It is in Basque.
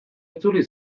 itzuli